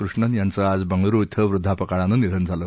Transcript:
कृष्णन यांचं आज बंगळुरु श्वे वृद्धापकाळानं निधन झालं